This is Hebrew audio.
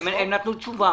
הם נתנו תשובה.